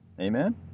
Amen